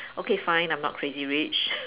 okay fine I'm not crazy rich